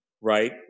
right